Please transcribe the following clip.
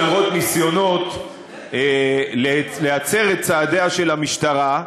למרות ניסיונות להצר את צעדיה של המשטרה,